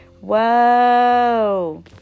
Whoa